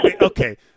okay